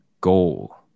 Goal